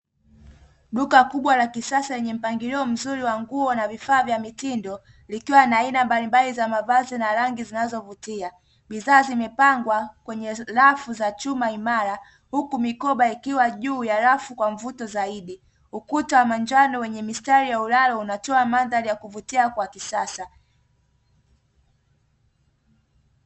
Duka kubwa la kisasa lenye mpangilio mzuri wa nguo na vifaa vya mitindo, likiwa na aina mbalimbali za mavazi na rangi zinazovutia. Bidhaa zimepangwa kwenye rafu za chuma imara, huku mikoba ikiwa juu ya rafu kwa mvuto zaidi. Ukuta wa manjano wenye mistari ya ulalo unatoa mandhari ya kuvutia kwa kisasa.